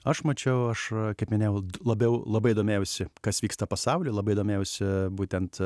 aš mačiau aš kaip minėjau labiau labai domėjausi kas vyksta pasauly labai domėjausi būtent